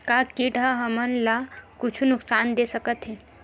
का कीट ह हमन ला कुछु नुकसान दे सकत हे?